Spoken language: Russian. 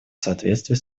соответствии